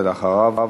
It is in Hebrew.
ואחריו,